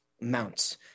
mounts